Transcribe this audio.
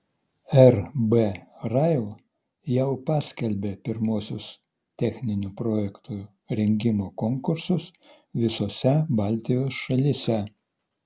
rb rail jau paskelbė pirmuosius techninių projektų rengimo konkursus visose baltijos šalyse